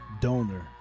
donor